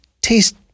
taste